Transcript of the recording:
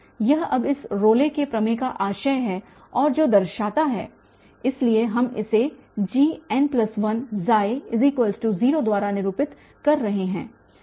यह अब इस रोले के प्रमेय का आशय है और जो दर्शाता है और इसलिए हम इसे Gn10 द्वारा निरूपित कर रहे हैं